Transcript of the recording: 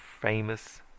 famous